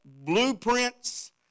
blueprints